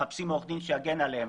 גם של הטבע וגם איכות הסביבה האנושית.